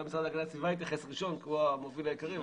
אולי המשרד להגנת הסביבה יתייחס ראשון כי הוא המוביל העיקרי.